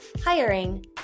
hiring